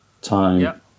time